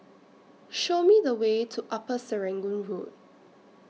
Show Me The Way to Upper Serangoon Road